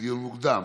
דיון מוקדם,